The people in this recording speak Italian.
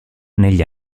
negli